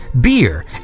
beer